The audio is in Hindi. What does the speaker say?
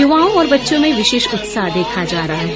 युवाओं और बच्चों में विशेष उत्साह देखा जा रहा है